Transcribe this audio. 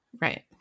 right